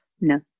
no